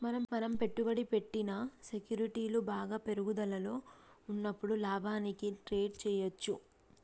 మనం పెట్టుబడి పెట్టిన సెక్యూరిటీలు బాగా పెరుగుదలలో ఉన్నప్పుడు లాభానికి ట్రేడ్ చేయ్యచ్చు